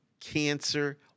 cancer